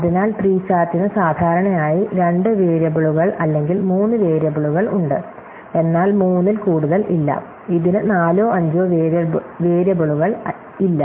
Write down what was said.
അതിനാൽ 3 സാറ്റിന് സാധാരണയായി രണ്ട് വേരിയബിളുകൾ അല്ലെങ്കിൽ മൂന്ന് വേരിയബിളുകൾ ഉണ്ട് എന്നാൽ മൂന്നിൽ കൂടുതൽ ഇല്ല ഇതിന് നാലോ അഞ്ചോ വേരിയബിളുകൾ ഇല്ല